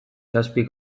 zazpi